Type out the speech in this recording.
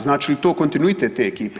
Znači li to kontinuitet te ekipe?